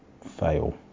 fail